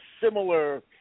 similar